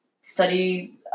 study